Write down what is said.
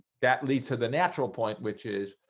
that leads to the natural point which is,